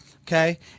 Okay